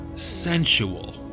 sensual